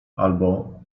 albo